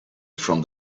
from